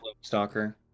Stalker